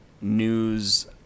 news